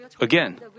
again